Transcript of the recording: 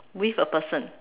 with a person